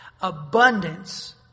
Abundance